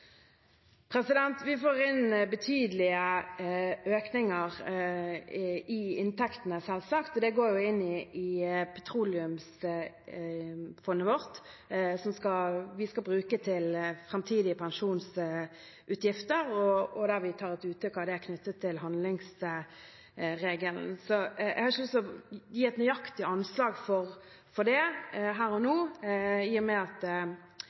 Vi får selvsagt inn betydelige økninger i inntektene. Det går inn i petroleumsfondet vårt, som vi skal bruke til framtidige pensjonsutgifter, og der vi tar et uttak knyttet til handlingsregelen. Jeg har ikke lyst til å gi et nøyaktig anslag for det her og nå, i og med at